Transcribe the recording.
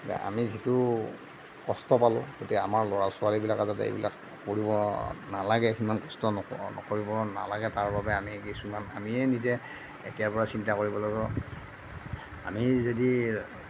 বা আমি যিটো কষ্ট পালোঁ এতিয়া আমাৰ ল'ৰা ছোৱালীবিলাকে যাতে এইবিলাক সহিব নালাগে সিমান কষ্ট কৰিব নালাগে তাৰ বাবে আমি কিছুমান আমিয়েই নিজে এতিয়াৰ পৰা চিন্তা কৰিব লাগিব আমি যদি